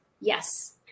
Yes